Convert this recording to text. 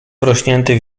wrośnięty